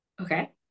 Okay